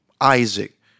Isaac